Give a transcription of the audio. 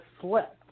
slipped